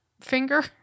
finger